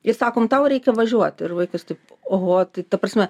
ir sakom tau reikia važiuot ir vaikas taip oho tai ta prasme